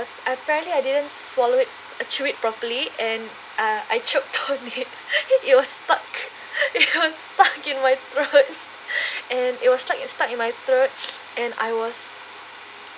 ap~ apparently I didn't swallow it uh chew it properly and uh I choked on it it was stuck it was stuck in my throat and it was struck stuck in my throats and I was